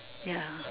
ya